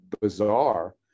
bizarre